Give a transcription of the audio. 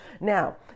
Now